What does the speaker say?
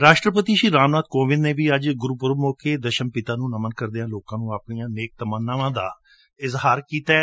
ਰਾਸ਼ਟਰਪਤੀ ਰਾਮਨਾਥ ਕੋਵਿੰਦ ਨੇ ਵੀ ਅੱਜ ਗੁਰੂ ਪੁਰਬ ਮੌਕੇ ਦਸ਼ਮਪਿਤਾ ਨੂੰ ਨਮਨ ਕਰਦਿਆ ਲੋਕਾ ਲਈ ਆਪਣੀਆਂ ਨੇਕ ਤਮਨਾਵਾਂ ਦਾ ਇਜ਼ਹਾਰ ਕੀਤੈ